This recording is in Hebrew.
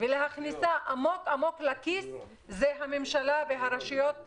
ולהכניס אותה עמוק עמוק לכיס הם הממשלה והרשויות שלה.